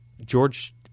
George